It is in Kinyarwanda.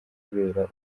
kubera